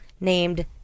named